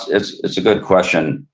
it's it's a good question.